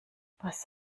was